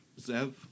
Zev